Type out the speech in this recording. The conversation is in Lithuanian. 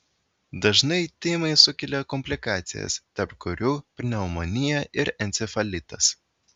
dažnai tymai sukelia komplikacijas tarp kurių pneumonija ir encefalitas